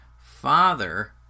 father